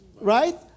right